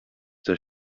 der